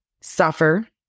suffer